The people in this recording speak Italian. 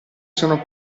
sono